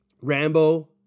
Rambo